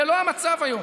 זה לא המצב היום.